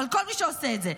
אבל כל מי שעושה את זה,